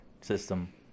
system